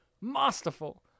Masterful